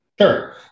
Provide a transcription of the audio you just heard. Sure